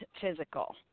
physical